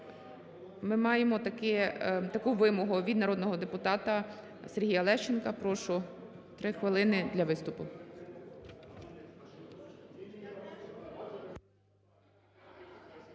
Ми маємо таке.. таку вимогу від народного депутата Сергія Лещенка. Прошу три хвилини для виступу.